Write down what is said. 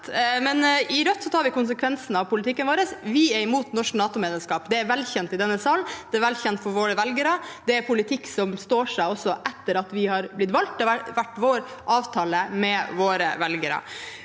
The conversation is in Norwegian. I Rødt tar vi konsekvensen av politikken vår. Vi er imot norsk NATO-medlemskap – det er velkjent i denne salen, det er velkjent for våre velgere, og det er en politikk som står seg også etter at vi har blitt valgt inn. Det har vært vår avtale med våre velgere.